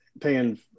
paying